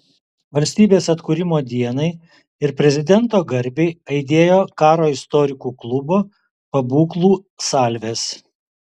valstybės atkūrimo dienai ir prezidento garbei aidėjo karo istorikų klubo pabūklų salvės